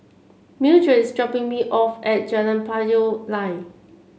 mildred is dropping me off at Jalan Payoh Lai